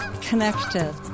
connected